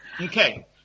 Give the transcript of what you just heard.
Okay